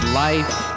life